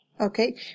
Okay